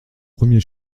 premier